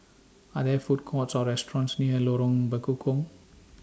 Are There Food Courts Or restaurants near Lorong Bekukong